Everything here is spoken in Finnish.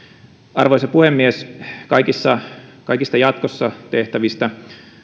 arvoisa puhemies kaikista jatkossa tehtävistä